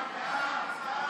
ועדת הכנסת